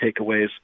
takeaways